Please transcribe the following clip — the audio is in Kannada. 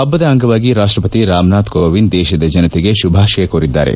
ಹಬ್ಬದ ಅಂಗವಾಗಿ ರಾಷ್ಟ್ರಪತಿ ರಾಮನಾಥ್ ಕೋವಿಂದ್ ದೇಶದ ಜನತೆಗೆ ಶುಭಾಶಯ ಕೋರಿದ್ದಾರೆ